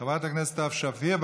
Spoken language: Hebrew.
חברת הכנסת סתיו שפיר,